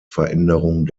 veränderung